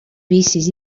vicis